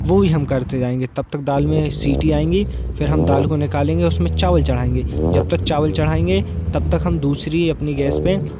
वो भी हम करते जाएँगे तब तक दाल में सीटी आएँगी फिर हम दाल को निकालेंगे उसमें चावल चढ़ाएँगे जब तक चावल चढ़ाएँगे तब तक हम दूसरी अपनी गैस पे